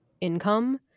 income